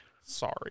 Sorry